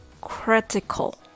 critical